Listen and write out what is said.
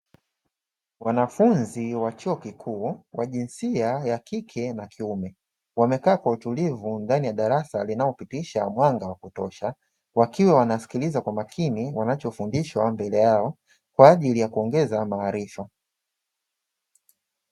Wanafunzi wa chuo kikuu wa jinsia ya kike na ya kiume wamekaa kwa utulivu ndani ya darasa linalopitisha mwanga wa kutosha, wakiwa wanasikiliza kwa makini wanachofundishwa mbele yao; kwa ajili ya kuongeza maarifa.